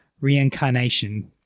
reincarnation